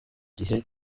gihe